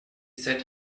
said